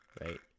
right